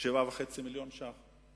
7.5 מיליוני ש"ח.